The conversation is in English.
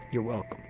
you're welcome.